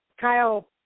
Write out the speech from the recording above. Kyle